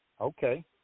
okay